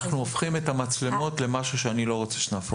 אנחנו הופכים את המצלמות למשהו שאני לא רוצה שנהפוך אותו.